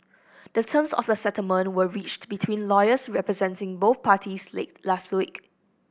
the terms of the settlement were reached between lawyers representing both parties late last week